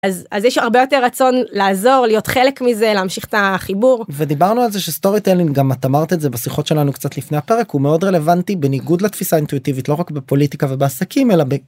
אז אז יש הרבה יותר רצון לעזור להיות חלק מזה להמשיך את החיבור ודיברנו על זה שסטוריטלינג גם את אמרת את זה בשיחות שלנו קצת לפני הפרק הוא מאוד רלוונטי בניגוד לתפיסה האינטואיטיבית לא רק בפוליטיקה ובעסקים אלא ב.